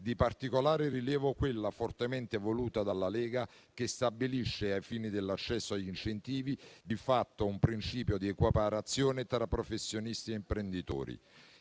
Di particolare rilievo è quella, fortemente voluta dalla Lega, che stabilisce ai fini dell'accesso agli incentivi di fatto un principio di equiparazione tra professionisti e imprenditori.